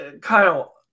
Kyle